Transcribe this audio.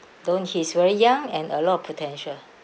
though he's very young and a lot of potential